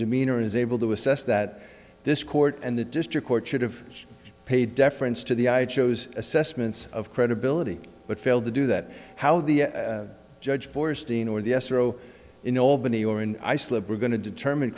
demeanor is able to assess that this court and the district court should have paid deference to the i chose assessments of credibility but failed to do that how the judge forced scene or the escrow in albany or in islip we're going to determine